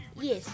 Yes